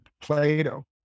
Plato